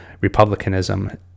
republicanism